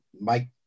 Mike